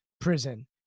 prison